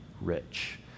rich